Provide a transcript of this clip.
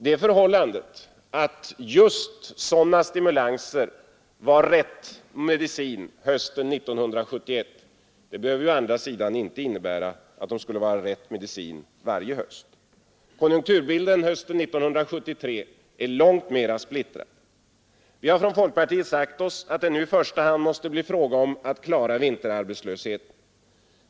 Det förhållandet att just sådana stimulanser var rätt medicin hösten 1971 behöver å andra sidan inte innebära att de skulle vara rätt medicin varje höst. Konjunkturbilden hösten 1973 är långt mer splittrad. Vi har från folkpartiet sagt att det nu i första hand måste bli fråga om att klara vinterarbetslösheten.